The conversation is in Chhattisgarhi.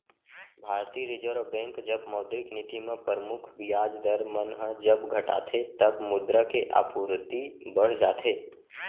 भारतीय रिर्जव बेंक जब मौद्रिक नीति म परमुख बियाज दर मन ह जब घटाथे तब मुद्रा के आपूरति बड़ जाथे